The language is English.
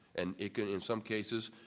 and in some cases,